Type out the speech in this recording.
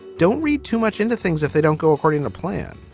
don't read too much into things if they don't go according to plan.